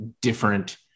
different